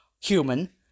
human